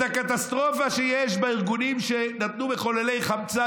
את הקטסטרופה שיש בארגונים שנתנו מחוללי חמצן.